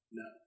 no